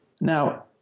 Now